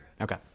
Okay